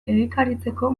egikaritzeko